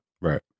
Right